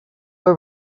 were